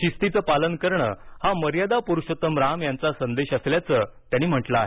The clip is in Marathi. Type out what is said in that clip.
शिस्तीचं पालन करणं हा मर्यादा प्रुषोत्तम राम यांचा संदेश असल्याचं त्यांनी म्हटलं आहे